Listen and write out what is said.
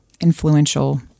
influential